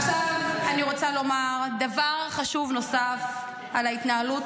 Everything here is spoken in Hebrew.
עכשיו אני רוצה לומר דבר חשוב נוסף על ההתנהלות